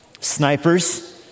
snipers